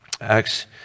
acts